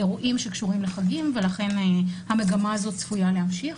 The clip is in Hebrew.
אירועים שקשורים לחגים ולכן המגמה הזאת צפויה להמשיך.